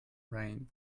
rain